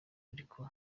ariko